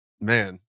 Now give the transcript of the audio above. man